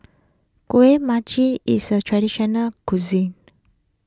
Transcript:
Kueh Manggis is a traditional cuisine